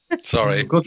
sorry